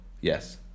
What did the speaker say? Yes